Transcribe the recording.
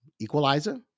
equalizer